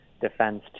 defense